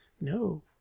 no